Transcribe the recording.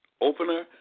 opener